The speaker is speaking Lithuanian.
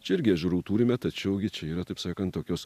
čia irgi ežerų turime tačiau gi čia yra taip sakant tokios